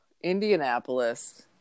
Indianapolis